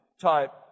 type